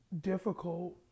difficult